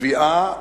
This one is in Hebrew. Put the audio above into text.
תביעה